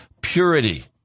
purity